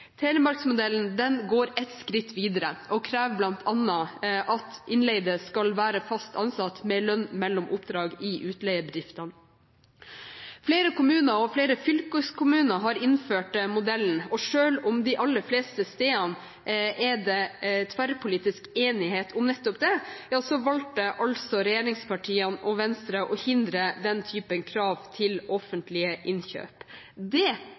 går ett skritt videre og krever bl.a. at innleide skal være fast ansatt med lønn mellom oppdrag i utleiebedriftene. Flere kommuner og flere fylkeskommuner har innført modellen, og selv om det de aller fleste stedene er tverrpolitisk enighet om nettopp det, valgte altså regjeringspartiene og Venstre å hindre den typen krav til offentlige innkjøp. Det